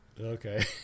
Okay